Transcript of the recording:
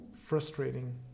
frustrating